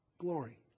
glory